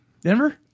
Denver